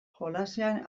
jolasean